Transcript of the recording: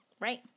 right